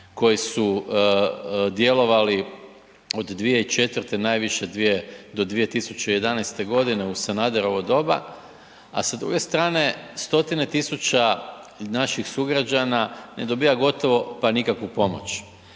koji su djelovali od 2004., najviše do 2011.g. u Sanaderovo doba, a sa druge strane stotine tisuća naših sugrađana ne dobiva gotovo pa nikakvu pomoć.